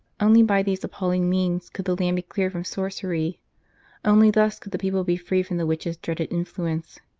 only by these appalling means could the land be cleared from sorcery only thus could the people be freed from the witch s dreaded influence.